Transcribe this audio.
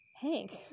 Hank